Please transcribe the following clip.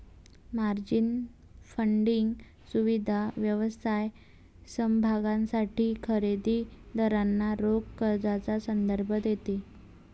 margin funding सुविधा व्यवसाय समभागांसाठी खरेदी दारांना रोख कर्जाचा संदर्भ देते